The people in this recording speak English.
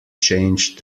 changed